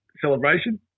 celebration